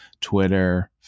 Twitter